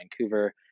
Vancouver